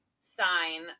sign